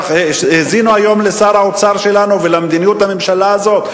שהאזינו היום לשר האוצר שלנו ולמדיניות הממשלה הזאת?